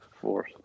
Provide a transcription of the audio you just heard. fourth